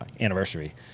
anniversary